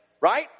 Right